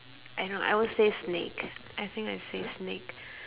I know I will say snake I think I say snake